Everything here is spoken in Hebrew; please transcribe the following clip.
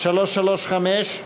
335?